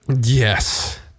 Yes